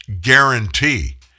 guarantee